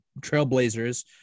Trailblazers